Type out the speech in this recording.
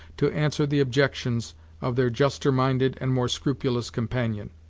to answer the objections of their juster-minded and more scrupulous companion.